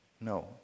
No